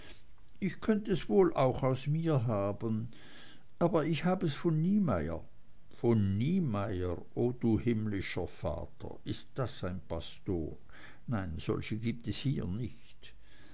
ich könnt es wohl auch aus mir haben aber ich hab es von niemeyer von niemeyer o du himmlischer vater ist das ein pastor nein solche gibt es hier nicht